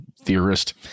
theorist